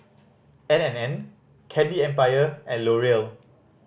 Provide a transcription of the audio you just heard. N and N Candy Empire and L'Oreal